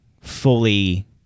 fully